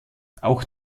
auch